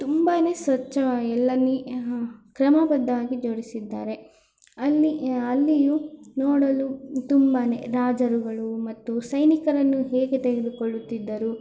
ತುಂಬಾ ಸ್ವಚ್ಛವಾಗಿ ಎಲ್ಲ ನೀ ಕ್ರಮಬದ್ಧವಾಗಿ ಜೋಡಿಸಿದ್ದಾರೆ ಅಲ್ಲಿ ಅಲ್ಲಿಯೂ ನೋಡಲು ತುಂಬಾ ರಾಜರುಗಳು ಮತ್ತು ಸೈನಿಕರನ್ನು ಹೇಗೆ ತೆಗೆದುಕೊಳ್ಳುತ್ತಿದ್ದರು